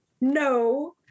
no